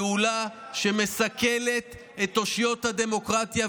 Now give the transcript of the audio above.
זו פעולה שמסכלת את אושיות הדמוקרטיה,